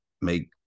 make